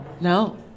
No